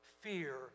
fear